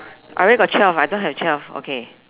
I where got twelve I don't have twelve okay